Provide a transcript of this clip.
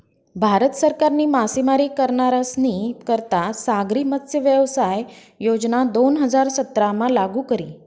भारत सरकारनी मासेमारी करनारस्नी करता सागरी मत्स्यव्यवसाय योजना दोन हजार सतरामा लागू करी